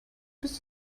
bist